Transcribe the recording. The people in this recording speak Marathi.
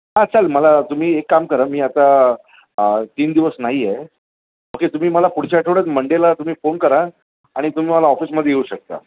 हां चालेल मला तुम्ही एक काम करा मी आता तीन दिवस नाही आहे ओके तुम्ही मला पुढच्या आठवड्यात मंडेला तुम्ही फोन करा आणि तुम्ही मला ऑफिसमध्ये येऊ शकता